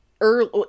early